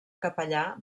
capellà